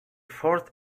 fourth